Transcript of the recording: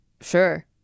Sure